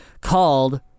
called